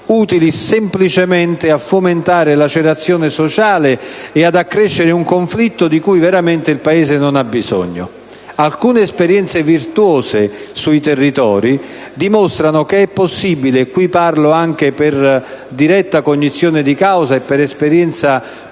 utili solo a fomentare lacerazione sociale e ad accrescere un conflitto di cui il Paese non ha davvero bisogno. Alcune esperienze virtuose sui territori dimostrano - e qui parlo anche per diretta cognizione di causa e per esperienza personale